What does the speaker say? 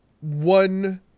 one